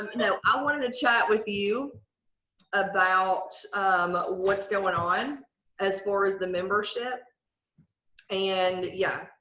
no, i wanted to chat with you about what's going on as far as the membership and, yeah,